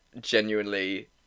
genuinely